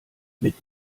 mit